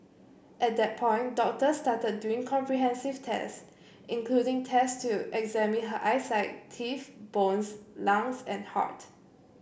at that point doctors started doing comprehensive tests including tests to examine her eyesight teeth bones lungs and heart